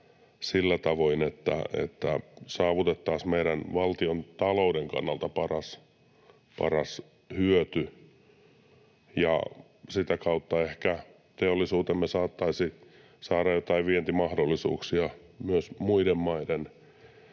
sillä tavoin, että saavutettaisiin meidän valtiontalouden kannalta paras hyöty ja sitä kautta ehkä teollisuutemme saattaisi saada joitain vientimahdollisuuksia myös muiden maiden